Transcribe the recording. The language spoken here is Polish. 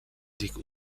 dick